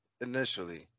Initially